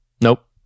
Nope